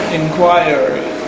inquiry